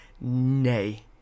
nay